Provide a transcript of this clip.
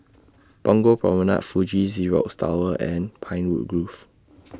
Punggol Promenade Fuji Xerox Tower and Pinewood Grove